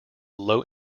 low